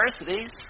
universities